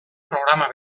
programa